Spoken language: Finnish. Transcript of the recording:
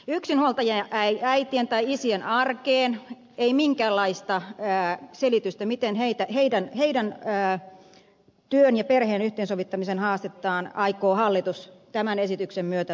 yksinhuoltajien äitien tai isien arkeen ei ole minkäänlaista selitystä miten heidän työn ja perheen yhteensovittamisen haastettaan aikoo hallitus tämän esityksen myötä tukea